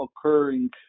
occurring